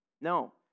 No